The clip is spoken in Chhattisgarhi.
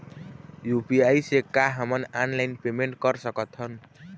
यू.पी.आई से का हमन ऑनलाइन पेमेंट कर सकत हन?